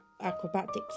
acrobatics